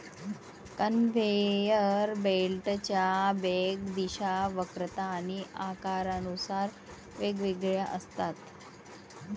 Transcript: conveyor बेल्टच्या वेग, दिशा, वक्रता आणि आकारानुसार वेगवेगळ्या असतात